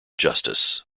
justice